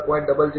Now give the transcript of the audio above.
તેથી